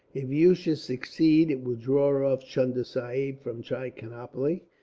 if you should succeed, it will draw off chunda sahib from trichinopoli.